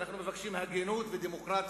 אנחנו מבקשים הגינות ודמוקרטיה.